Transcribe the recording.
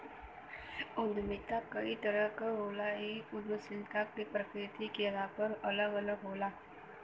उद्यमिता कई तरह क होला इ उद्दमशीलता क प्रकृति के आधार पर अलग अलग होला